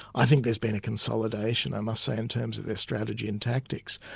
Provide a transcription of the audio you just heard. i think there's been a consolidation, i must say, in terms of their strategy and tactics.